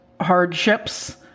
hardships